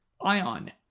ion